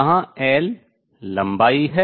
जहां L L लंबाई है